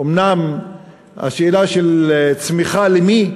אומנם השאלה של צמיחה למי,